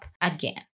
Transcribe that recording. again